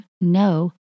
no